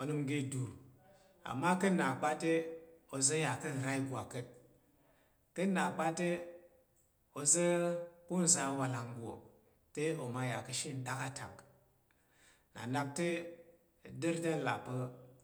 onəm oga ndur ama ka̱ nna pa̱ te oza̱ ya ka̱ ra igwak ka̱t, kana pa̱ te oza̱ ko nza̱ awalang nggo te oma ya ka̱ she ndaktak te n là pa̱